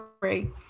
three